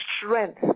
strength